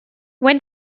when